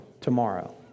tomorrow